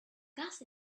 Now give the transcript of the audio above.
gases